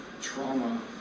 trauma